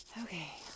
Okay